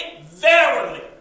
verily